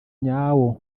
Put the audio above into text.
nyawo